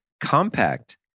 compact